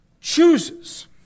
chooses